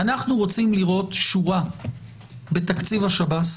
אנחנו רוצים לראות שורה בתקציב השב"ס